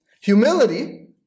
Humility